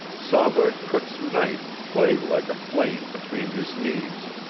saw the cook's knife play like a flame between his knees.